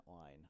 line